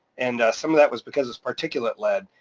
and some of that was because it's particulate lead,